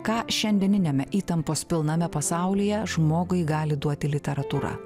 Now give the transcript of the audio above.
ką šiandieniniame įtampos pilname pasaulyje žmogui gali duoti literatūra